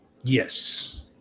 Yes